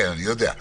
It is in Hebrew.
כן, אני יודע.